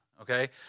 Okay